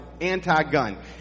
anti-gun